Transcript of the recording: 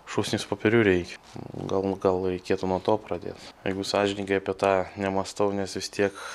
šūsnys popierių reikia gal gal reikėtų nuo to pradėt jeigu sąžiningai apie tą nemąstau nes vis tiek